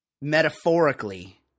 metaphorically